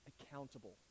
accountable